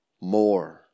more